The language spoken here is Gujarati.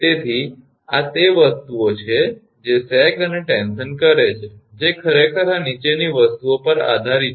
તેથી આ તે વસ્તુઓ છે જે સેગ અને ટેન્શન કરે છે જે ખરેખર આ નીચેની વસ્તુઓ પર આધારિત છે